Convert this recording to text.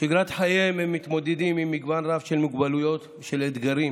בשגרת חייהם הם מתמודדים עם מגוון רב של מוגבלויות ושל אתגרים